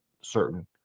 certain